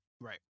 Right